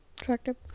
attractive